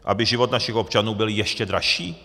Aby život našich občanů byl ještě dražší?